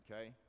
okay